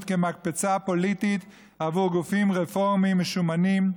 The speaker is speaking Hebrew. כמקפצה פוליטית עבור גופים רפורמיים משומנים,